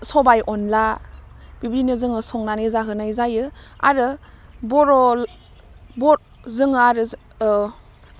सबाय अन्ला बेबायदिनो जोङो संनानै जाहोनाय जायो आरो बर' बर जोङो आरो